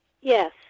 Yes